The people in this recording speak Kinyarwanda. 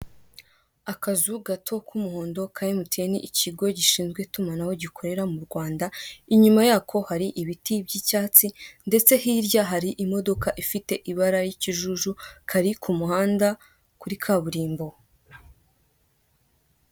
Akazu gato k'umuhondo ka emutiyeni ikigo gishinzwe itumanaho gikorera mu Rwanda, inyuma yako hari ibiti by'icyatsi, ndetse hirya hari imodoka ifite ibara ry'ikijuju kari ku muhanda kuri kaburimbo.